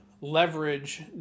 leverage